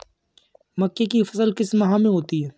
मक्के की फसल किस माह में होती है?